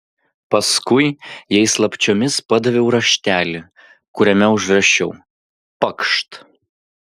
paskui jai slapčiomis padaviau raštelį kuriame užrašiau pakšt